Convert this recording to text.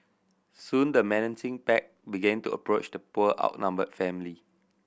soon the menacing pack began to approach the poor outnumbered family